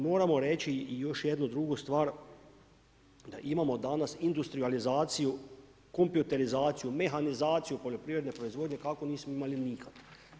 Moramo reći i još jednu drugu stvar, imamo danas industrijalizaciju, kompjuterizaciju, mehanizaciju, poljoprivredne proizvodnje, kako nismo imali nikada.